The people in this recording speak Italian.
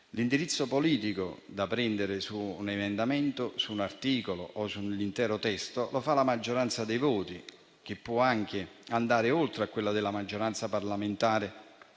L'indirizzo politico da prendere su un emendamento, su un articolo o sull'intero testo lo fa la maggioranza dei voti, che può anche andare oltre la maggioranza parlamentare